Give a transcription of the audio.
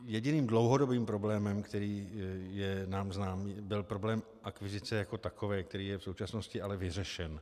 Jediným dlouhodobým problémem, který je nám znám, byl problém akvizice jako takové, který je v současnosti ale vyřešen.